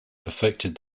perfected